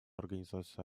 организация